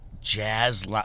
jazz